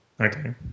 Okay